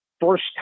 first